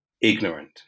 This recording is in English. ignorant